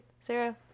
Sarah